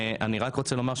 ואני רק רוצה לומר,